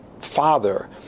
father